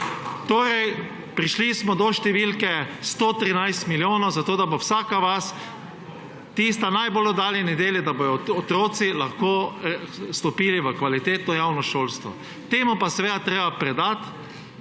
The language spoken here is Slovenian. Torej, prišli smo do številke 113 milijonov, zato da bodo v vsaki vasi, tistih najbolj oddaljenih delih, otroci lahko stopili v kvalitetno javno šolstvo. Temu pa je seveda treba dodati,